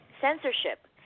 Censorship